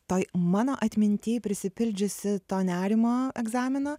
toj mano atminty prisipildžiusi to nerimo egzamino